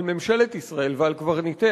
על ממשלת ישראל ועל קברניטיה,